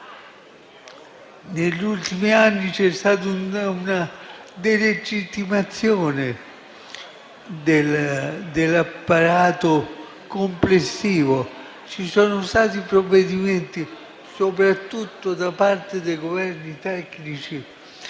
negli ultimi anni c'è stata una delegittimazione dell'apparato complessivo; ci sono stati provvedimenti, soprattutto da parte dei Governi tecnici,